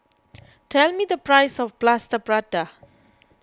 tell me the price of Plaster Prata